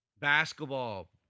Basketball